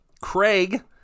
Craig